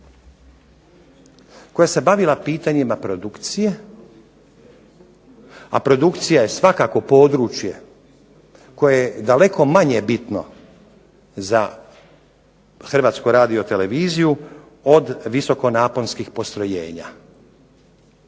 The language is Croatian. koja se bavila pitanjima produkcije, a produkcija je svakako područje koje je daleko manje bitno za HRT-a od visokonaponskih postrojenja